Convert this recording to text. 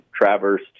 traverse